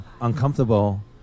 uncomfortable